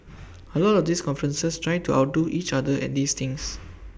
A lot of these conferences try to outdo each other at these things